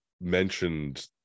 mentioned